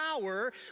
power